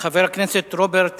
חבר הכנסת רוברט אילטוב.